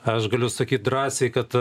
aš galiu sakyt drąsiai kad